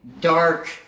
dark